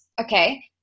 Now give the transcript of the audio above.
okay